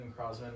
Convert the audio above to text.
Crosman